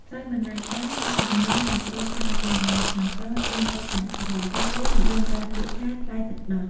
ថ្លៃបណ្ណាការជាជំនូនដែលគ្រួសារឪពុកម្ដាយខាងប្រុសជូនទៅខាងស្រី ហើយគេនិយមប្រើពាក្យថា«ថ្លៃទឹកដោះ»។